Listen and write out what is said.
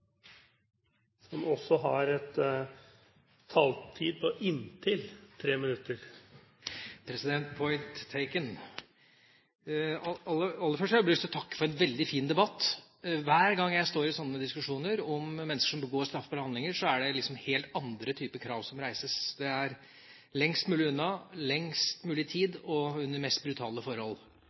som også har en taletid på inntil 3 minutter. Point taken. Aller først har jeg bare lyst til å takke for en veldig fin debatt. Hver gang jeg står i sånne diskusjoner om mennesker som begår straffbare handlinger, så er det helt andre typer krav som reises: Det er lengst mulig unna, lengst mulig tid og under mest brutale forhold.